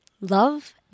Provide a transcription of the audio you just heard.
love